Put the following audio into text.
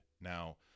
Now